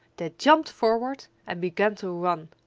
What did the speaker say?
they jumped forward and began to run!